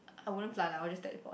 I wouldn't fly lah I would just teleport